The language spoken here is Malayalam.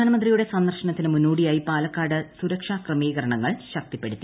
പ്രധാനമന്ത്രിയുടെ സന്ദർശനത്തിന് മുന്നോടിയായി പാലക്കാട് സുരക്ഷാ ക്രമീകരണങ്ങൾ ശക്തിപ്പെടുത്തി